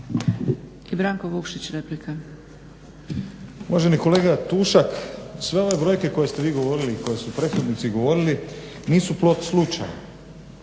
Stranka rada)** Uvaženi kolega Tušak sve ove brojke koje ste vi govorili i koje su prethodnici govorili nisu plod slučajno